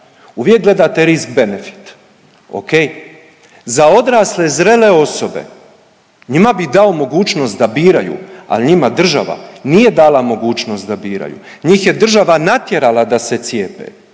Uvijek gledate risk benefit ok. Za odrasle zrele osobe njima bi dao mogućnost da biraju, al njima država nije dala mogućnost da biraju, njih je država natjerala da se cijepe,